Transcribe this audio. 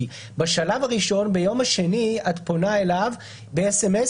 כי בשלב הראשון ביום השני את פונה אליו באס.אמ.אס